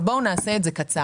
אבל בוא נעשה את זה קצר,